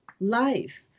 life